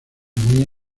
muy